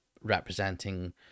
representing